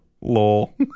Lol